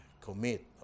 commit